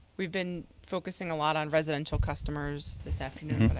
we've been focusing a lot on residential customers this afternoon.